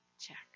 check